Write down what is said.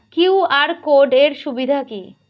QR code এর সুবিধা কি?